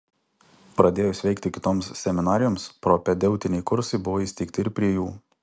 pradėjus veikti kitoms seminarijoms propedeutiniai kursai buvo įsteigti ir prie jų